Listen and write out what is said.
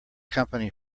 company